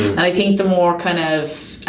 and i think the more kind of